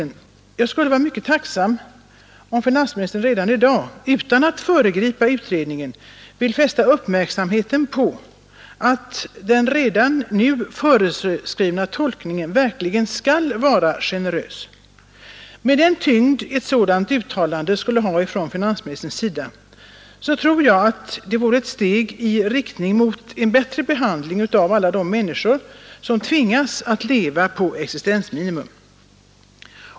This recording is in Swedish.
Men jag skulle vara mycket tacksam om finansministern redan i dag, och utan att föregripa utredningen, ville fästa uppmärksamheten på att redan den tolkning som nu har föreskrivits skall vara generös. Med den tyngd som ett sådant uttalande från finansministern skulle ha tror jag att det vore ett steg i riktning mot en bättre behandling av alla de människor som tvingas leva på existensminimum.